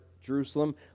Jerusalem